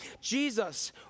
Jesus